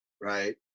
Right